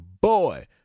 boy